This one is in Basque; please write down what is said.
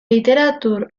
literatur